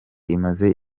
imaze